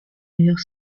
meilleure